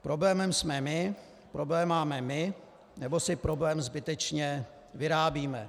Problémem jsme my, problém máme my nebo si problém zbytečně vyrábíme.